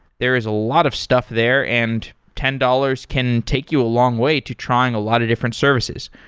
there is a lot of stuff there, and ten dollars can take you a long way to trying a lot of different services.